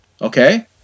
okay